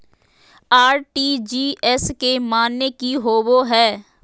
RTGS के माने की होबो है?